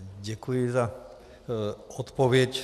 Děkuji za odpověď.